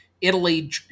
Italy